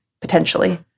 potentially